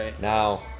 now